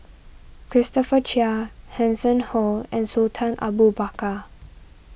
Christopher Chia Hanson Ho and Sultan Abu Bakar